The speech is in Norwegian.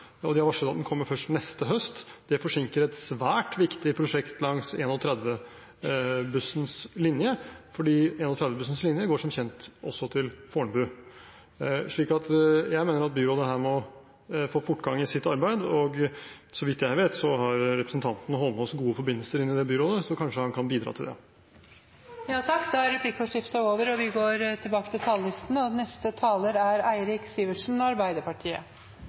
og de har varslet at den kommer først neste høst. Det forsinker et svært viktig prosjekt langs 31-bussens linje, for 31-bussen går som kjent også til Fornebu. Jeg mener at byrådet her må få fortgang i sitt arbeid. Så vidt jeg vet, har representanten Eidsvoll Holmås gode forbindelser i det byrådet, så kanskje han kan bidra til det. Replikkordskiftet er over. I forrige måned trådte Paris-avtalen i kraft. Målet med avtalen er å begrense den globale oppvarmingen til